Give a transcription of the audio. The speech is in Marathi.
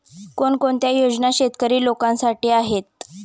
कोणकोणत्या योजना शेतकरी लोकांसाठी आहेत?